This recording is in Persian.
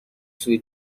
سوی